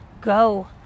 go